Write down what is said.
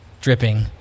dripping